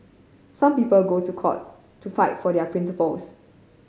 some people go to court to fight for their principles